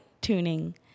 tuning